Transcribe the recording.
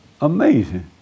Amazing